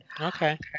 Okay